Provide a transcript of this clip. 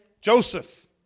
Joseph